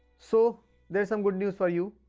so there's some good news for you.